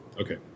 Okay